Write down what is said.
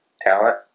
talent